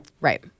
Right